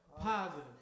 Positive